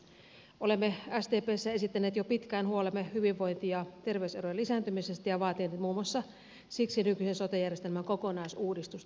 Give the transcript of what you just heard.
olemme sdpssä esittäneet jo pitkään huolemme hyvinvointi ja terveyserojen lisääntymisestä ja vaatineet muun muassa siksi nykyisen sote järjestelmän kokonaisuudistusta